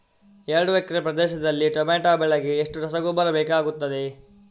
ಎರಡು ಎಕರೆ ಪ್ರದೇಶದಲ್ಲಿ ಟೊಮ್ಯಾಟೊ ಬೆಳೆಗೆ ಎಷ್ಟು ರಸಗೊಬ್ಬರ ಬೇಕಾಗುತ್ತದೆ?